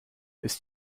ist